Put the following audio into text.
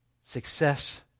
success